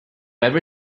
ever